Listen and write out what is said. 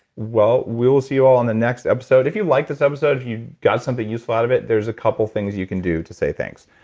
well, we will see you all on the next episode. if you liked this episode, if you got something useful out of it, there's a couple things you can do to say thanks.